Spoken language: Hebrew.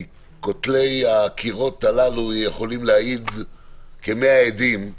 כי כותלי הקירות הללו יכולים להעיד כמאה עדים,